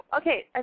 okay